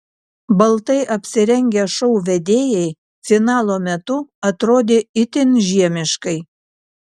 baltai apsirengę šou vedėjai finalo metu atrodė itin žiemiškai